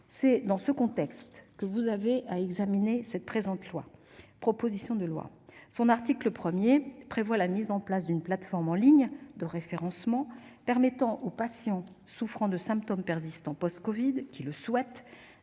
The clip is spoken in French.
C'est dans ce contexte que vous avez à examiner la présente proposition de loi. Dans son article 1, elle prévoit la mise en place d'une plateforme en ligne de référencement, permettant aux patients souffrant de symptômes persistants post-covid qui le souhaitent